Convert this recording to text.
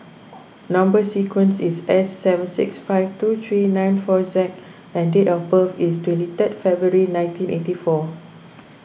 Number Sequence is S seven six five two three nine four Z and date of birth is twenty third February nineteen eighty four